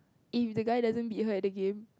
if the guy doesn't beat her at the game